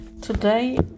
Today